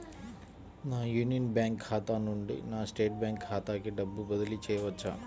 నా Union Bank ఖాతా నుండి నా స్టేట్ బ్యాంకు ఖాతాకి డబ్బు బదిలి చేయవచ్చా?